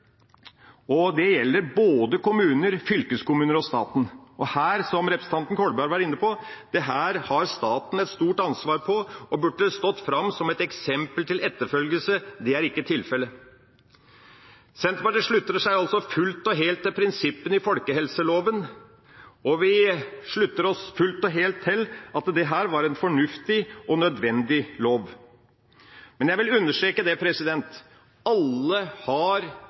og det gjelder både kommuner, fylkeskommuner og staten. Dette har – som representanten Kolberg var inne på – staten et stort ansvar for og burde stått fram som et eksempel til etterfølgelse. Det er ikke tilfellet. Senterpartiet slutter seg altså fullt og helt til prinsippene i folkehelseloven, og vi slutter oss fullt og helt til at dette var en fornuftig og nødvendig lov. Men jeg vil understreke: Alle har et ansvar for egen helse. Mange tar ikke det